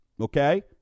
Okay